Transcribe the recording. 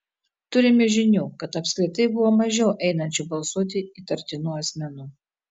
turime žinių kad apskritai buvo mažiau einančių balsuoti įtartinų asmenų